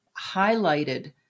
highlighted